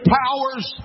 powers